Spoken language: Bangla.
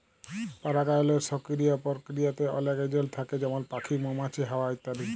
পারাগায়লের সকিরিয় পরকিরিয়াতে অলেক এজেলট থ্যাকে যেমল প্যাখি, মমাছি, হাওয়া ইত্যাদি